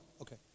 okay